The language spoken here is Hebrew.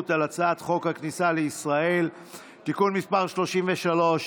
על הצעת חוק הכניסה לישראל (תיקון מס' 33),